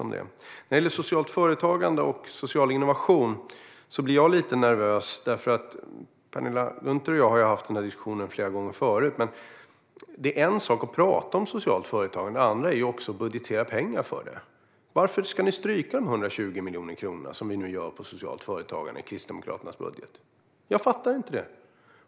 När det gäller socialt företagande och social innovation blir jag lite nervös. Penilla Gunther och jag har haft den här diskussionen förut. Men det är en sak att prata om socialt företagande och en annan sak att budgetera pengar för det. Varför vill ni stryka de 120 miljonerna på socialt företagande i Kristdemokraternas budget? Jag fattar inte det.